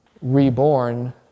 reborn